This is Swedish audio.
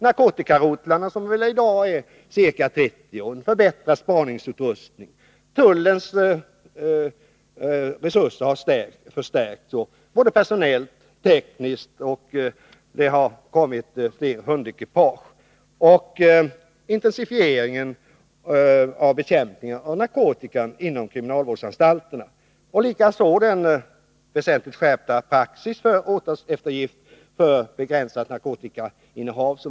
Narkotikarotlarna är i dag ca 30 stycken, man har fått förbättrad spaningsutrustning, tullens resurser har förstärkts både personellt och tekniskt och det har tillkommit fler hundekipage. Dessutom har bekämpningen av narkotika inom kriminalvårdsanstalterna intensifierats. Vi har sedan några år en väsentligt skärpt praxis när det gäller åtalseftergift för begränsat narkotikainnehav.